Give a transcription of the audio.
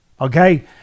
Okay